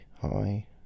hi